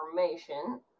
information